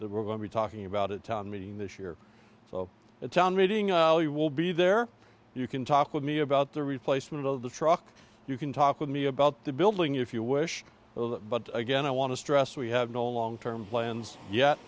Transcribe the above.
that we're going to be talking about it town meeting this year the town meeting will be there you can talk with me about the replacement of the truck you can talk with me about the building if you wish but again i want to stress we have no long term plans yet